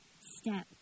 step